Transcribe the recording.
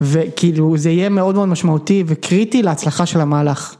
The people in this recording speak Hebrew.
וכאילו זה יהיה מאוד מאוד משמעותי וקריטי להצלחה של המהלך.